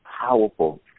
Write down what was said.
powerful